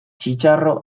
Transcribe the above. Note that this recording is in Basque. txitxarro